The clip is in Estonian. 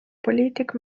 poliitik